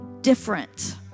different